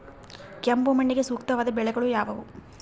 ಕೆಂಪು ಮಣ್ಣಿಗೆ ಸೂಕ್ತವಾದ ಬೆಳೆಗಳು ಯಾವುವು?